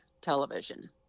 television